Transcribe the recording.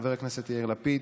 חבר הכנסת יאיר לפיד,